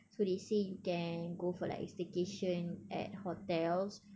so they say you can go for like staycation at hotels